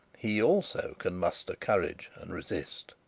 he also can muster courage and resist.